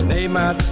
Neymar